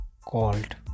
called